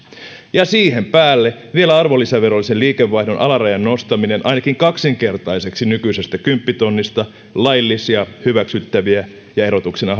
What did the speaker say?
ja siihen päälle vielä arvonlisäverollisen liikevaihdon alarajan nostamisen ainakin kaksinkertaiseksi nykyisestä kymppitonnista laillisia hyväksyttäviä ja erotuksena